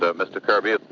but mr. kirby?